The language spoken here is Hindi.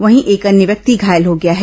वहीं एक अन्य व्यक्ति घायल हो गया है